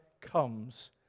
comes